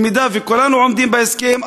אם כולנו עומדים בהסכם,